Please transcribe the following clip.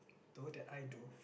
the word that I do